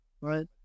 right